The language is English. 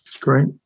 great